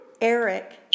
Eric